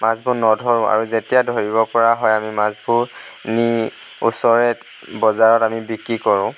মাছবোৰ নধৰোঁ আৰু যেতিয়া ধৰিব পৰা হয় আমি মাছবোৰ নি ওচৰৰে বজাৰত আমি বিক্ৰী কৰোঁ